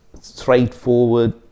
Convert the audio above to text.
straightforward